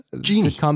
Genie